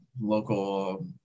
local